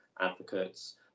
advocates